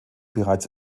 bereits